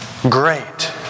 great